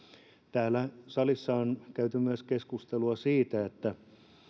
täällä salissa on käyty keskustelua myös siitä että tässä tilanteessa